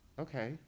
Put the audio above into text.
Okay